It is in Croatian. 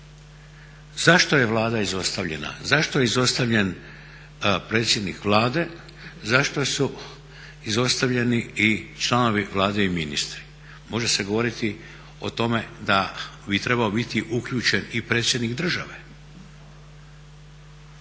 Zašto je Vlada izostavljen, zašto je izostavljen predsjednik Vlade, zašto su izostavljeni i članovi Vlade i ministri? Može se govoriti o tome da bi trebao biti uključen i predsjednik države.